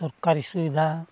ᱥᱚᱨᱠᱟᱨᱤ ᱥᱩᱵᱤᱫᱷᱟ